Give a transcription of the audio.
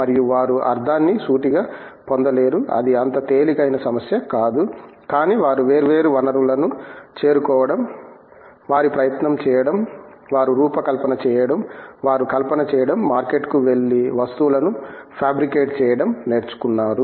మరియు వారు అర్ధాన్ని సూటిగా పొందలేరు అది అంత తేలికైన సమస్య కాదు కానీ వారు వేర్వేరు వనరులను చేరుకోవడం వారి ప్రయత్నం చేయడం వారు రూపకల్పన చేయడం వారు కల్పన చేయడం మార్కెట్కు వెళ్లి వస్తువులను ఫాబ్రికెట్ చేయడం నేర్చుకున్నారు